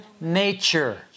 nature